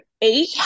eight